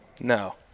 No